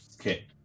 Okay